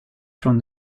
from